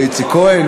לאיציק כהן